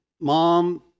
mom